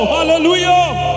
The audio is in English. Hallelujah